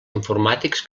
informàtics